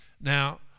Now